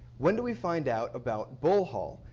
when do we find out about bull hall?